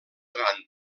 gant